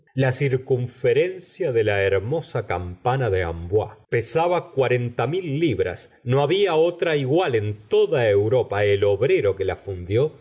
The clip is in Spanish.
majestuosamente la circunferencia de la hermosa campana de amboise pesaba cuala señora de bov ary renta mil libras no babia otra igual en toda europa el obrero que la fundió